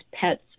pets